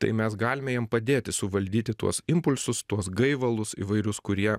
tai mes galime jam padėti suvaldyti tuos impulsus tuos gaivalus įvairius kurie